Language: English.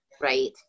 right